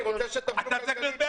אתה צריך להיות בעד.